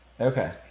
Okay